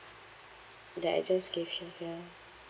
that I just gave you yeah